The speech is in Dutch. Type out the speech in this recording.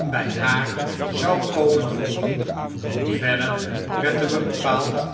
bij haar zoo komen voegen verder werd er bepaald